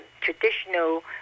traditional